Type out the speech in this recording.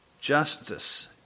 justice